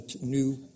new